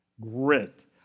grit